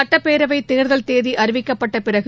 சட்ப்பேரவைத் தேர்தல்தேதிஅறிவிக்கப்பட்டபிறகு